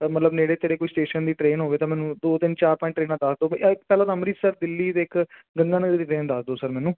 ਮਤਲਬ ਨੇੜੇ ਤੇੜੇ ਕੋਈ ਸਟੇਸ਼ਨ ਦੀ ਟ੍ਰੇਨ ਹੋਵੇ ਤਾਂ ਮੈਨੂੰ ਦੋ ਤਿੰਨ ਚਾਰ ਪੰਜ ਟ੍ਰੇਨਾਂ ਦੱਸ ਦਿਓ ਪਹਿਲਾਂ ਤਾਂ ਅੰਮ੍ਰਿਤਸਰ ਦਿੱਲੀ ਦੇ ਇੱਕ ਗੰਗਾ ਨਗਰ ਦੀ ਟ੍ਰੇਨ ਦੱਸ ਦਿਓ ਸਰ ਮੈਨੂੰ